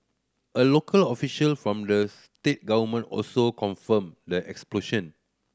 a local official from the state government also confirmed the explosion